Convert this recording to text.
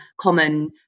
common